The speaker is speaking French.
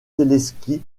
téléskis